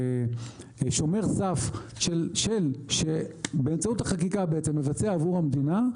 שומר סף שבאמצעות החקיקה בעצם מבצע עבור המדינה,